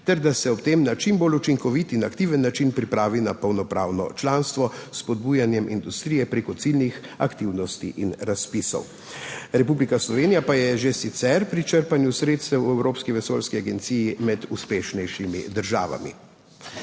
ter da se ob tem na čim bolj učinkovit in aktiven način pripravi na polnopravno članstvo s spodbujanjem industrije prek ciljnih aktivnosti in razpisov. Republika Slovenija pa je že sicer pri črpanju sredstev v Evropski vesoljski agenciji med uspešnejšimi državami.